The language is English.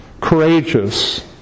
courageous